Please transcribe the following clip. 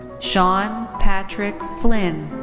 sean patrick flynn.